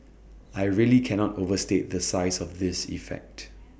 I really cannot overstate the size of this effect